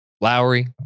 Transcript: Lowry